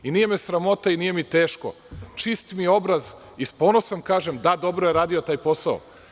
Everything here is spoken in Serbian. Nije me sramota i nije mi teško, čist mi je obraz, i s ponosom kažem – da dobro je radio taj posao.